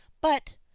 but